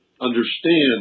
understand